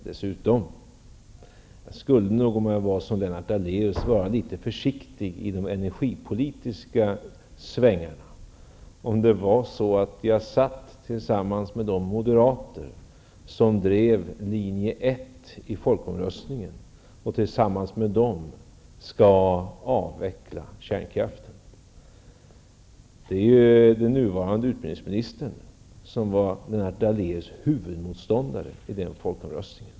Om jag vore som Lennart Daléus, skulle jag nog vara litet försiktig i de energipolitiska svängarna, om jag satt tillsammans med de moderater som drev linje 1 i folkomröstningen och som han nu skall avveckla kärnkraften tillsammans med. Det är ju den nuvarande utbildningsministern som var Nu tjänar Lennart Daléus regeringen.